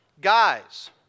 Guys